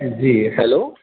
جی hello